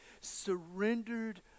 surrendered